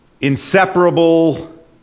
inseparable